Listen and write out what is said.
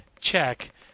Check